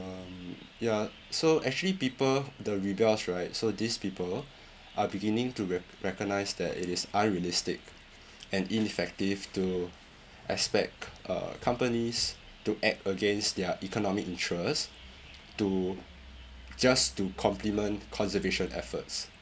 um ya so actually people the rebels right so these people are beginning to re~ recognise that it is unrealistic and ineffective to expect uh companies to act against their economic interest to just to complement conservation efforts